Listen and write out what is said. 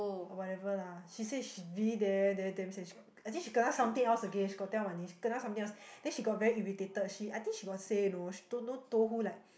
whatever lah she say she really damn damn damn sian I think she kena something else again she got tell Wan-Ning she kena something else then she got very irritated she I think she got say you know she don't know told who like